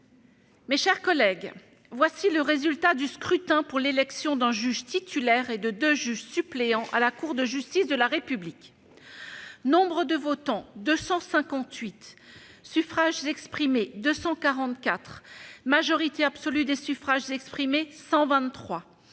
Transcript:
Mes chers collègues, voici le résultat du scrutin pour l'élection d'un juge titulaire et de deux juges suppléants à la Cour de justice de la République : Nombre de votants : 258 Suffrages exprimés : 244 Majorité absolue des suffrages exprimés : 123